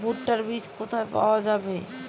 ভুট্টার বিজ কোথায় পাওয়া যাবে?